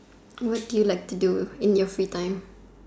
what do you like to do in your free time